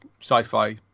sci-fi